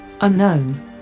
unknown